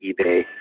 eBay